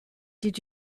did